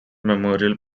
memorial